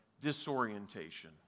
disorientation